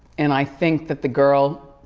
and i think that the girl,